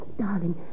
Darling